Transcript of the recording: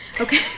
Okay